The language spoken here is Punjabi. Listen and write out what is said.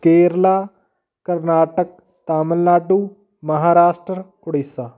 ਕੇਰਲਾ ਕਰਨਾਟਕ ਤਾਮਿਲਨਾਡੂ ਮਹਾਰਾਸ਼ਟਰ ਓਡੀਸ਼ਾ